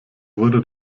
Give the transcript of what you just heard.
wurde